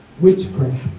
Witchcraft